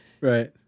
right